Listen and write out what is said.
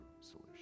solution